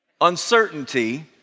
Uncertainty